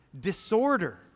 disorder